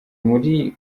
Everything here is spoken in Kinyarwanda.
muri